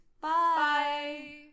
bye